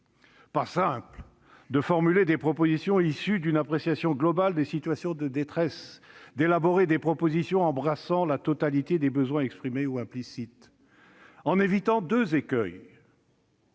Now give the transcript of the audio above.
Pas simple de formuler des propositions issues d'une appréciation globale des situations de détresse, d'élaborer des propositions embrassant la totalité des besoins exprimés ou implicites, tout en évitant deux écueils,